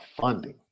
funding